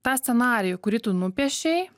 tą scenarijų kurį tu nupiešei